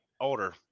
older